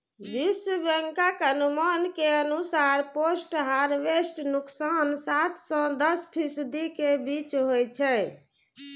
विश्व बैंकक अनुमान के अनुसार पोस्ट हार्वेस्ट नुकसान सात सं दस फीसदी के बीच होइ छै